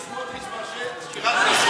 קול ששון וקול שמחה, " שירת נשים,